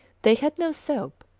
they had no soap,